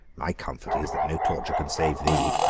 my comfort is, that no torture can save thee.